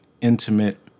intimate